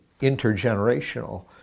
intergenerational